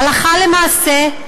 הלכה למעשה,